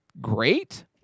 great